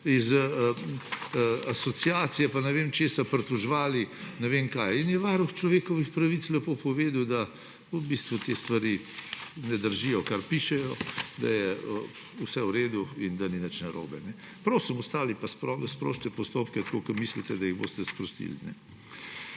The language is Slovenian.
asociacij pa ne vem česa pritoževali ne vem kaj in je Varuh človekovih pravic lepo povedal, da v bistvu te stvari, kar pišejo, ne držijo, da je vse v redu in da ni nič narobe. Prosim, ostali pa sprožite postopke tako, kot mislite, da jih boste sprožili.